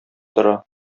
тора